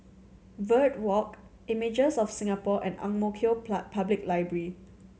Verde Walk Images of Singapore and Ang Mo Kio Public Library